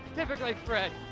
typically fred.